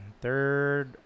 third